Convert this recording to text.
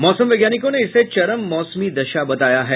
मौसम वैज्ञानिकों ने इसे चरम मौसमी दशा बताया है